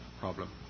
problem